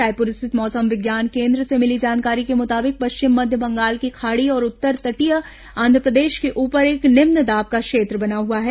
रायपुर रिथत मौसम विज्ञान केन्द्र से मिली जानकारी के मुताबिक पश्चिम मध्य बंगाल की खाड़ी और उत्तर तटीय आंध्रप्रदेश के ऊपर एक निम्न दाब का क्षेत्र बना हुआ है